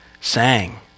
Sang